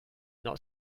not